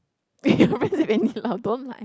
you are friends with Andy-Lau don't lie